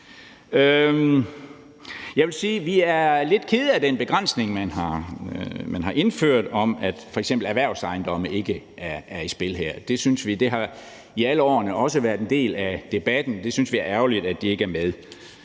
vi er lidt kede af den begrænsning, man har indført, om, at f.eks. erhvervsejendomme ikke er i spil her. Det har i alle årene også været en del af debatten, og vi synes, det er ærgerligt, at de ikke er med,